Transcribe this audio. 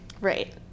Right